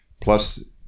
Plus